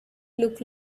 look